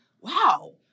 wow